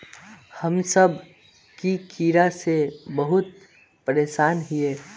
हम सब की कीड़ा से बहुत परेशान हिये?